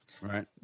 Right